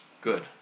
good